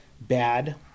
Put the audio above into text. bad